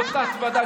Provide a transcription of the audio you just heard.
לא תת-ועדה,